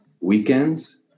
weekends